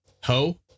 Ho